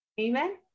Amen